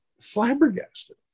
flabbergasted